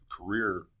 career